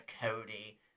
Cody